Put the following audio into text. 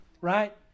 right